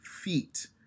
feet